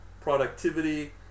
productivity